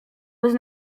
bez